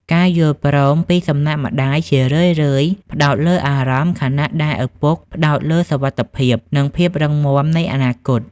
ការយល់ព្រមពីសំណាក់ម្ដាយជារឿយៗផ្ដោតលើអារម្មណ៍ ខណៈដែលឪពុកផ្ដោតលើសុវត្ថិភាព និងភាពរឹងមាំនៃអនាគត។